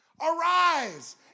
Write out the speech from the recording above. Arise